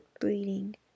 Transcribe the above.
breeding